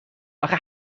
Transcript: آخه